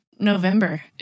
November